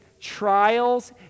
trials